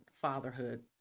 fatherhood